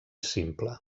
simple